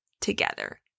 together